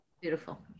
Beautiful